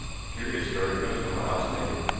a curious story comes from a housemaid.